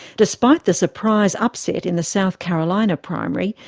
despite the surprise upset in the south carolina primary,